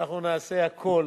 ואנחנו נעשה הכול